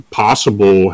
possible